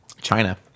china